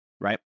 right